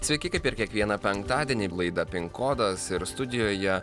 sveiki kaip ir kiekvieną penktadienį ir laida pin kodas ir studijoje